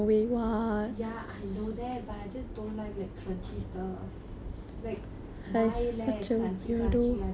ya I know that but I just don't like like crunchy stuff like வாயிலே:vaayilae crunchy crunchy I don't like lah